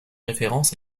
référence